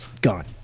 Gone